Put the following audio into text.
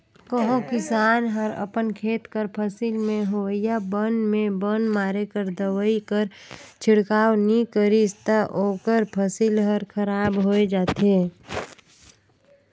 कहों किसान हर अपन खेत कर फसिल में होवइया बन में बन मारे कर दवई कर छिड़काव नी करिस ता ओकर फसिल हर खराब होए जाथे